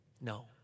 no